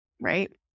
right